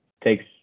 takes